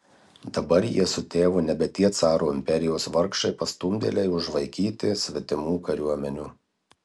dabar jie su tėvu nebe tie caro imperijos vargšai pastumdėliai užvaikyti svetimų kariuomenių